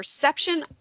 perception